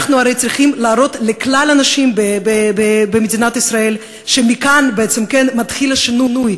הרי אנחנו צריכים להראות לכלל האנשים במדינת ישראל שמכאן מתחיל השינוי,